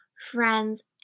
friends